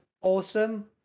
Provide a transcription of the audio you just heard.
awesome